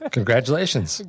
Congratulations